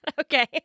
Okay